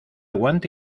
guante